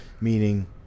Meaning